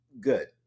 good